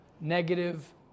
negative